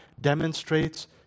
demonstrates